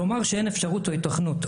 לומר שאין אפשרות או התכנות,